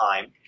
time